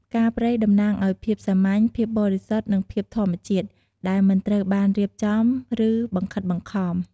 ផ្កាព្រៃតំណាងឱ្យ ភាពសាមញ្ញ ភាពបរិសុទ្ធ និងភាពធម្មជាតិ ដែលមិនត្រូវបានរៀបចំ ឬបង្ខិតបង្ខំ។